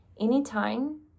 anytime